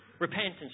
Repentance